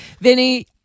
Vinny